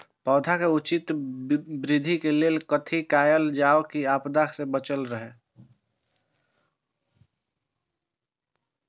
पौधा के उचित वृद्धि के लेल कथि कायल जाओ की आपदा में बचल रहे?